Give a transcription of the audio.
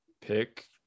pick